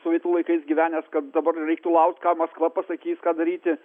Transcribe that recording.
sovietų laikais gyvenęs kad dabar reiktų laukt ką maskva pasakys ką daryti